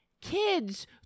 kids